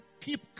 keep